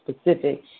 specific